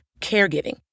caregiving